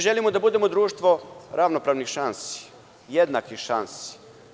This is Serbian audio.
Želimo da budemo društvo ravnopravnih, jednakih šansi.